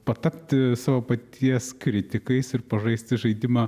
patapti savo paties kritikais ir pažaisti žaidimą